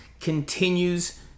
continues